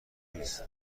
نیست